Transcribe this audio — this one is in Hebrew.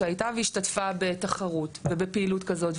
שהייתה והשתתפה בתחרות ובפעילות כזאת,